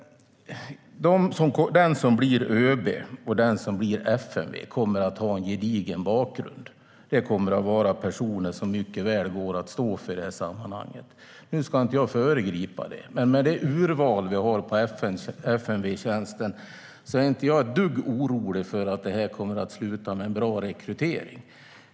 Den som blir ÖB och den som blir chef för FMV kommer att ha en gedigen bakgrund. Det kommer att vara personer som mycket väl går att stå för i det sammanhanget. Nu ska jag inte föregripa det, men med det urval vi har på FMV-tjänsten är jag inte ett dugg orolig. Det kommer att sluta med en bra rekrytering.